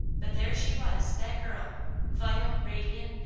but there she was that girl vital, radiant,